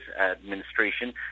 administration